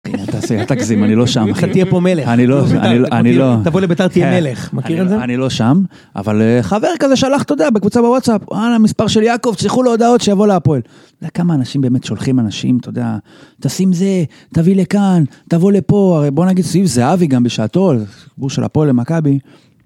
תעשה, אל תגזים, אני לא שם. אתה תהיה פה מלך. אני לא, אני לא. תבוא לביתר, תהיה מלך. מכיר את זה? אני לא שם, אבל חבר כזה שלח אתה יודע בקבוצה בוואטסאפ, הנה המספר של יעקב, צריכו להודעות שיבוא להפועל. כמה אנשים באמת שולחים אנשים, אתה יודע. תשים זה, תביא לכאן, תבוא לפה, הרי בוא נגיד סעיף זהבי גם בשעתו, גבו של הפועל למכבי.